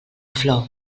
flor